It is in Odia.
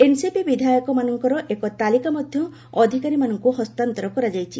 ଏନସିପି ବିଧାୟକମାନଙ୍କର ଏକ ତାଲିକା ମଧ୍ୟ ଅଧିକାରୀମାନଙ୍କ ହସ୍ତାନ୍ତର କରାଯାଇଛି